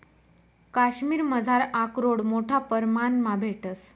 काश्मिरमझार आकरोड मोठा परमाणमा भेटंस